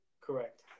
Correct